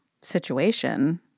situation